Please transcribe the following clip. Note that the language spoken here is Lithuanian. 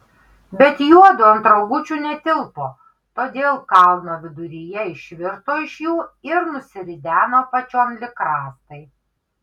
bet juodu ant rogučių netilpo todėl kalno viduryje išvirto iš jų ir nusirideno apačion lyg rąstai